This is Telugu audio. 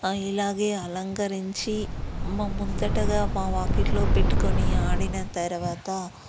ఇలాగే అలంకరించి మా ముందటగా మా వాకిట్లో పెట్టుకొని ఆడిన తర్వాత